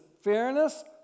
fairness